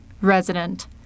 resident